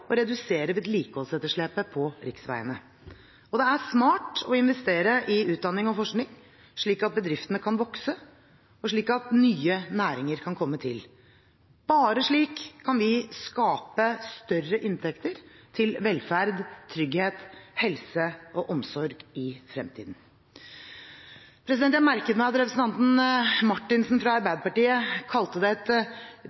å redusere vedlikeholdsetterslepet på riksveiene. Det er smart å investere i utdanning og forskning, slik at bedriftene kan vokse og nye næringer kan komme til. Bare slik kan vi skape større inntekter til velferd, trygghet, helse og omsorg i fremtiden. Jeg merker meg at representanten Marthinsen fra Arbeiderpartiet kalte det et